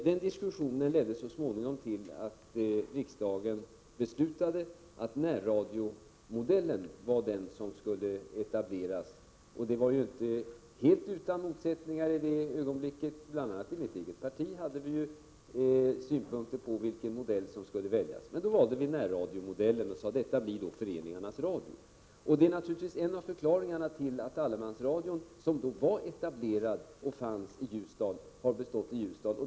Den diskussionen ledde så småningom till att riksdagen beslutade att närradiomodellen var den som skulle etableras. Det skedde inte helt utan motsättningar. Bl. a. i mitt eget parti hade vi synpunkter på vilken modell som skulle väljas. Men vi valde alltså närradiomodellen och sade: Detta blir föreningarnas radio. Detta är en del av bakgrunden till att allemansradion, som fanns och var etablerad i Ljusdal, också har bestått i Ljusdal.